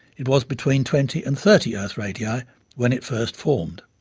it was between twenty and thirty earth radii when it first formed.